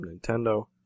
Nintendo